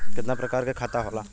कितना प्रकार के खाता होला?